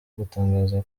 gutangaza